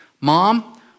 Mom